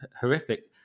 horrific